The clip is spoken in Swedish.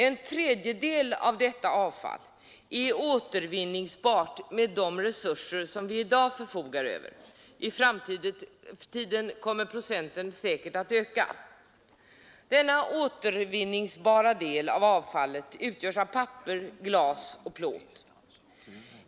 En tredjedel av detta avfall är återvinningsbart med de resurser som vi i dag förfogar över, och i framtiden kommer den procentuella andelen säkert att öka. Denna återvinningsbara del av avfallet utgörs av papper, glas och plåt.